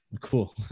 Cool